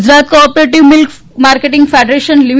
Gujarat cooperative milk marketing federation લી